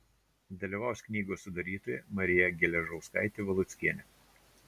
dalyvaus knygos sudarytoja marija geležauskaitė valuckienė